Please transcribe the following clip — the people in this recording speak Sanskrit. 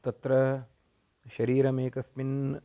तत्र शरीरमेकस्मिन्